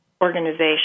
organization